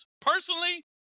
personally